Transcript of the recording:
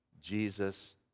Jesus